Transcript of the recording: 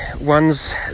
ones